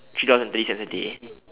three dollars and thirty cents a day